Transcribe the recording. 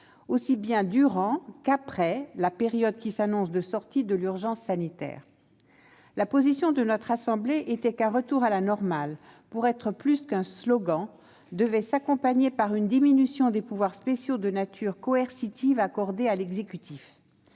aussi bien durant qu'après la période qui s'annonce de sortie de l'état d'urgence sanitaire. La position de notre assemblée était qu'un retour à la normale, pour être plus qu'un slogan, devait s'accompagner d'une diminution des pouvoirs spéciaux de nature coercitive accordés à l'exécutif.